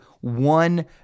one